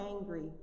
angry